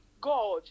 God